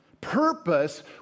Purpose